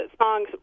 songs